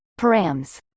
params